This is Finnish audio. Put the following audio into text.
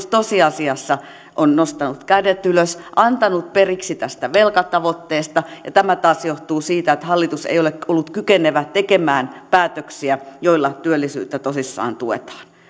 tosiasiassa on nostanut kädet ylös antanut periksi tästä velkatavoitteesta tämä taas johtuu siitä että hallitus ei ole ollut kykenevä tekemään päätöksiä joilla työllisyyttä tosissaan tuetaan